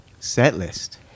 Setlist